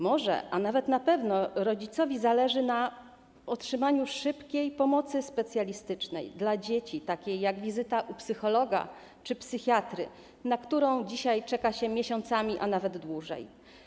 Może, a nawet na pewno, rodzicowi zależy na otrzymaniu szybkiej pomocy specjalistycznej dla dzieci, takiej jak wizyta u psychologa czy psychiatry, na którą dzisiaj czeka się miesiącami, a nawet dłużej.